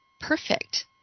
perfect